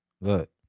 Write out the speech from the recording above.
Look